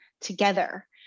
together